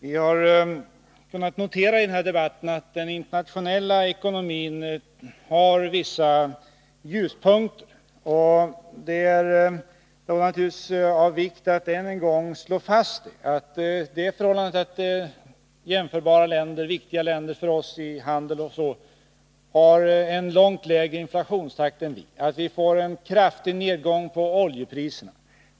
Fru talman! I den här debatten har vi kunnat notera att det finns vissa ljuspunkter i den internationella ekonomin. Det är naturligtvis av vikt att ännu en gång slå fast att med Sverige jämförbara länder, för Sverige viktiga länder med tanke på handel etc., har en mycket lägre inflationstakt än vårt land. Vidare är det betydelsefullt att vi får en kraftig nedgång när det gäller oljepriserna.